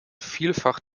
vielfach